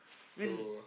when